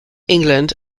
england